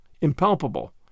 impalpable